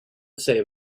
save